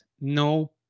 no